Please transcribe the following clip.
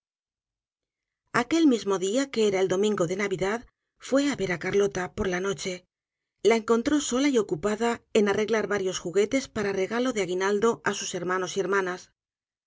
aquel mismo día que era el domingo de navidad fué á ver á carlota por la noche la encontró sola y ocupada en arreglar variosjuguetes para regalo deaguinaldo á sushermanosy hermanas